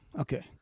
okay